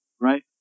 right